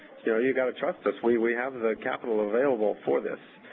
so you gotta trust us. we we have the capital available for this.